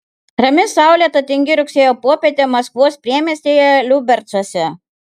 rami saulėta tingi rugsėjo popietė maskvos priemiestyje liubercuose